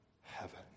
heaven